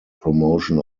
promotion